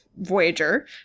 Voyager